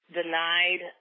denied